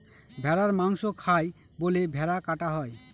ভেড়ার মাংস খায় বলে ভেড়া কাটা হয়